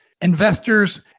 investors